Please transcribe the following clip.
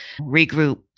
regroup